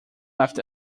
left